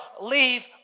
leave